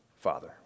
Father